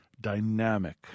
Dynamic